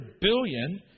billion